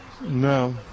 No